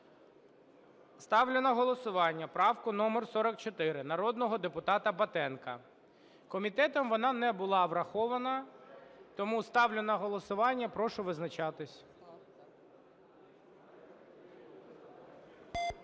Ставлю на голосування правку номер 44 народного депутата Батенка. Комітетом вона не була врахована. Тому ставлю на голосування. Прошу визначатися.